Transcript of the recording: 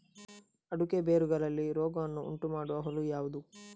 ಅಡಿಕೆಯ ಬೇರುಗಳಲ್ಲಿ ರೋಗವನ್ನು ಉಂಟುಮಾಡುವ ಹುಳು ಯಾವುದು?